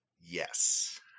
Yes